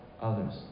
others